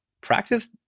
practice